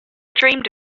dreamed